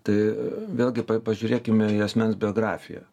tai vėlgi pa pažiūrėkime į asmens biografiją